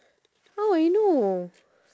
how I know